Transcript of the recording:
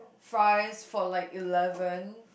fries for like eleven